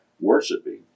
worshiping